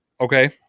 Okay